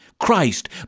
Christ